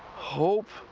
hope?